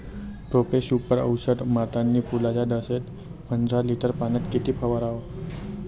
Profex Super औषध मारतानी फुलाच्या दशेत पंदरा लिटर पाण्यात किती फवाराव?